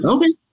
Okay